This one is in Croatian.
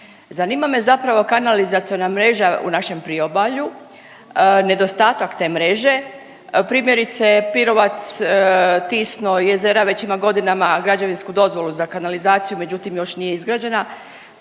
zanima me zapravo kanalizaciona mreža u našem priobalju, nedostatak te mreže, primjerice, Pirovac, Tisno, Jezera, već ima godinama građevinsku dozvolu za kanalizaciju, međutim još nije izgrađena,